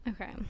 Okay